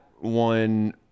one